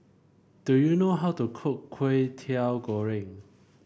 do you know how to cook Kway Teow Goreng